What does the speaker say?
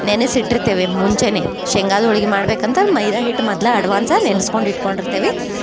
ನೆನಸಿ ಇಟ್ಟಿರ್ತೇವೆ ಮುಂಚೆನೆ ಶೇಂಗಾದ ಹೋಳಿಗಿ ಮಾಡಬೇಕಂತ ಮೈದ ಹಿಟ್ಟು ಮದ್ಲ ಅಡ್ವಾನ್ಸ ನೆನ್ಸ್ಕೊಂಡು ಇಡ್ಕೊಂಡು ಇರ್ತೇವಿ